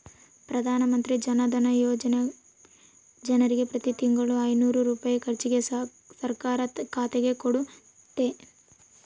ಪ್ರಧಾನಮಂತ್ರಿ ಜನಧನ ಯೋಜನೆಗ ಜನರಿಗೆ ಪ್ರತಿ ತಿಂಗಳು ಐನೂರು ರೂಪಾಯಿ ಖರ್ಚಿಗೆ ಸರ್ಕಾರ ಖಾತೆಗೆ ಕೊಡುತ್ತತೆ